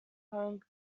home